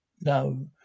No